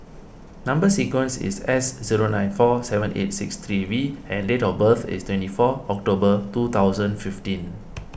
Number Sequence is S zero nine four seven eight six three V and date of birth is twenty four October two thousand fifteen